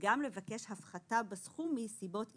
גם לבקש הפחתה בסכום מסיבות אישיות.